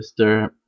Mr